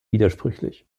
widersprüchlich